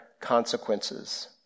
consequences